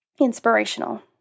inspirational